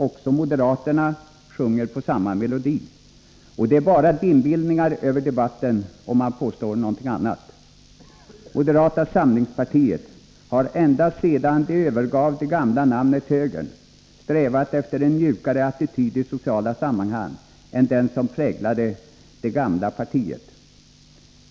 Också moderaterna sjunger på samma melodi, och det är bara dimbildningar över debatten om man påstår något annat. Moderata samlingspartiet har ända sedan det övergav det gamla namnet högern strävat efter en mjukare attityd i sociala sammanhang än den som präglade det gamla partiet.